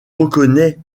reconnais